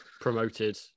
promoted